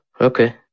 Okay